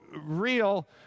real